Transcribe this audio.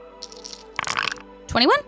21